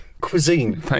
cuisine